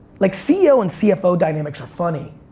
like ceo and cfo dynamics are funny,